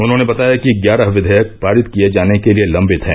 उन्होंने बताया कि ग्यारह विधेयक पारित किए जाने के लिए लम्बित हैं